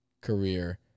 career